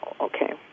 okay